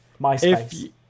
MySpace